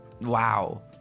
Wow